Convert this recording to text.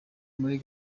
muri